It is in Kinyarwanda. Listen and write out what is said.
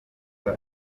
iyo